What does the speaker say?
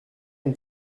une